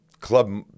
club